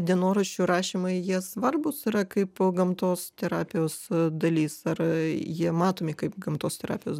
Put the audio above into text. dienoraščių rašymai jie svarbūs yra kaip gamtos terapijos dalis ar jie matomi kaip gamtos terapijos